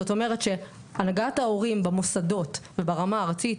זאת אומרת שהנהגת ההורים במוסדות וברמה הארצית